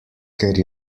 ker